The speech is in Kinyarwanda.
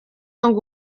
ngo